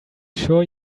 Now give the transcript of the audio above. sure